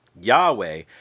Yahweh